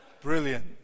brilliant